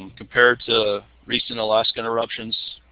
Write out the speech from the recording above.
and compared to recent alaskan eruptions.